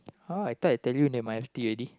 !huh! I thought I tell you that my auntie already